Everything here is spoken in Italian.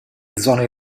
zone